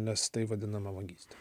nes tai vadinama vagyste